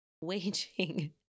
waging